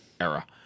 era